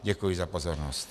Děkuji za pozornost.